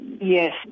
yes